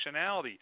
functionality